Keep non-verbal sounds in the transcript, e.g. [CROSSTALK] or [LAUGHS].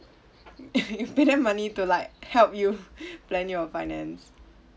[LAUGHS] you pay them money to like help you [LAUGHS] plan your finance